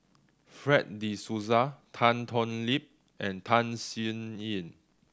Fred De Souza Tan Thoon Lip and Tham Sien Yen